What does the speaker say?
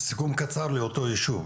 סיכום קצר לאותו ישוב.